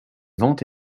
vente